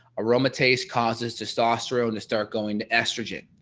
aromatase causes testosterone to start going to estrogen,